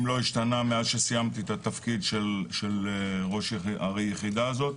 אם היא לא השתנתה מאז שסיימתי את התפקיד של ראש היחידה הזו,